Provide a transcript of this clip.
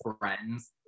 friends